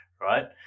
Right